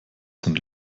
sind